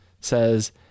says